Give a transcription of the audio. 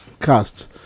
cast